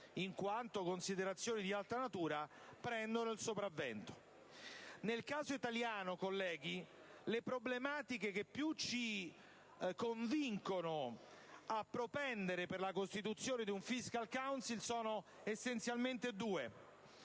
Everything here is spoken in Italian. in quanto considerazioni di altra natura prendono il sopravvento. Nel caso italiano, colleghi, le problematiche che più ci convincono a propendere per la costituzione di un *fiscal council* sono essenzialmente due: